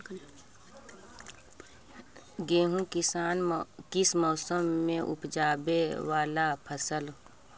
गेहूं किस मौसम में ऊपजावे वाला फसल हउ?